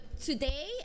today